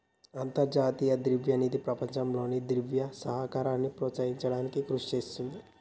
అంతర్జాతీయ ద్రవ్య నిధి ప్రపంచంలో ద్రవ్య సహకారాన్ని ప్రోత్సహించడానికి కృషి చేస్తుంది